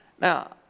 Now